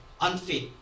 unfit